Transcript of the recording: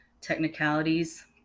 technicalities